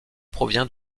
provient